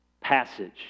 passage